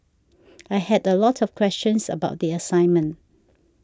I had a lot of questions about the assignment